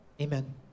Amen